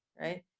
right